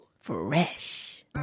fresh